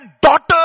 daughter